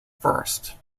first